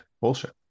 bullshit